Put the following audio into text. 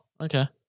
Okay